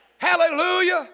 Hallelujah